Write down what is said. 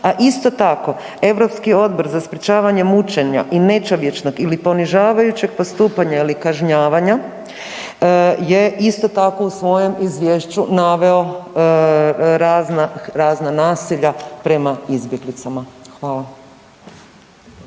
a isto tako Europski odbor za sprječavanje mučenja i nečovječnog ili ponižavajućeg postupanja ili kažnjavanja je isto tako u svojem izvješću naveo razna, razna nasilja prema izbjeglicama. Hvala.